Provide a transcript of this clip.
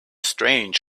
strange